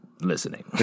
listening